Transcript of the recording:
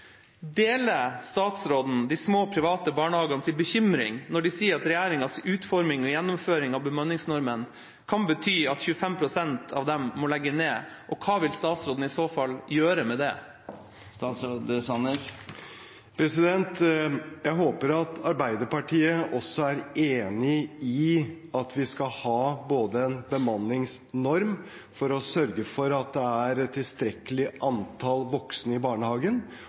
Deler statsråden de små, private barnehagenes bekymring når de sier at regjeringas utforming og gjennomføring av bemanningsnormen kan bety at 25 pst. av dem må legge ned, og hva vil statsråden i så fall gjøre med det? Jeg håper at Arbeiderpartiet også er enig i både at vi skal ha en bemanningsnorm for å sørge for at det er et tilstrekkelig antall voksne i barnehagen,